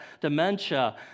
dementia